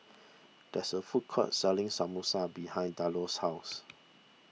there is a food court selling Samosa behind Delos' house